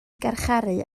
garcharu